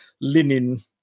linen